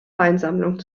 weinsammlung